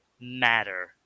matter